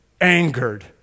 angered